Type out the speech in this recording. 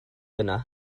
yna